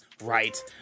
right